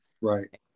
Right